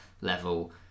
level